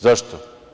Zašto?